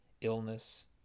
illness